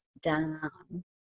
down